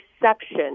perception